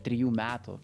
trijų metų